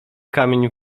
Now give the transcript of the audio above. kamień